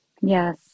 Yes